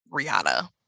Rihanna